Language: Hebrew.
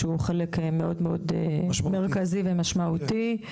שהוא חלק מאוד מרכזי ומשמעותי.